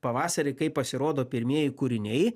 pavasarį kai pasirodo pirmieji kūriniai